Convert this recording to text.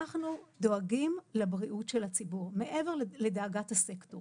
אנחנו דואגים לבריאות של הציבור מעבר לדאגת הסקטור